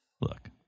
look